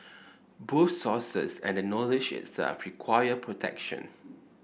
both sources and the knowledge itself require protection